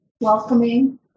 Welcoming